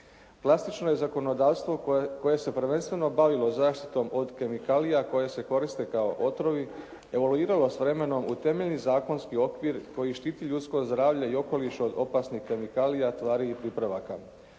Klasično je zakonodavstvo koje se prvenstveno bavilo zaštitom od kemikalija koje se koriste kao otrovi evaluiralo s vremenom u temeljni zakonski okvir koji štiti ljudsko zdravlje i okoliš od opasnih kemikalija, tvari i pripravaka.